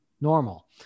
normal